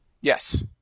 Yes